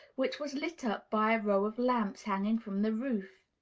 which was lit up by a row of lamps hanging from the roof.